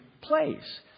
place